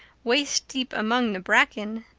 waist deep among the bracken,